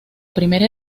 primera